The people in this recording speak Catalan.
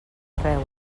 arreu